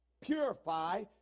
purify